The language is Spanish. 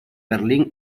berlín